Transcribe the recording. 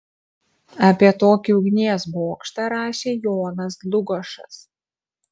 apie tokį ugnies bokštą rašė jonas dlugošas